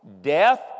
Death